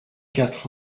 quatre